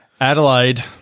Adelaide